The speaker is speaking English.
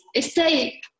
stay